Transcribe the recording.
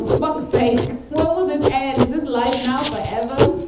but fuck's sake when will this end? this life now? forever